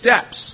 steps